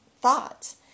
thoughts